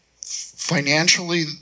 financially